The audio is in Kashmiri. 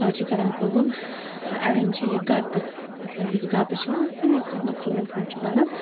أڈۍ چھِ کَران کٲم اَڈٮ۪ن چھ یہِ گَتہٕ مَطلَب یُس گَتہٕ چھ نہَ آسان یُس یتھ مَنٛز ژوٗنٛٹھۍ ووٗنٛٹھۍ چھِ بَرَان